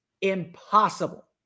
impossible